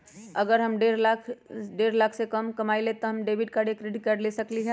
अगर हम हर साल डेढ़ लाख से कम कमावईले त का हम डेबिट कार्ड या क्रेडिट कार्ड ले सकली ह?